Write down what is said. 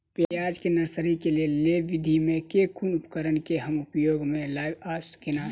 प्याज केँ नर्सरी केँ लेल लेव विधि म केँ कुन उपकरण केँ हम उपयोग म लाब आ केना?